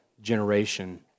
generation